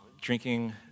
drinking